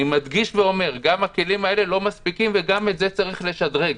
אני מדגיש ואומר שגם הכלים האלה לא מספיקים וגם את זה צריך לשדרג.